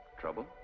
Trouble